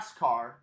NASCAR